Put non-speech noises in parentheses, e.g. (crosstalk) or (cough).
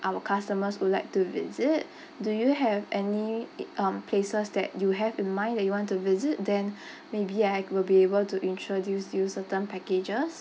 our customers would like to visit do you have any um places that you have in mind that you want to visit then (breath) maybe I will be able to introduce you certain packages